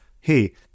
hey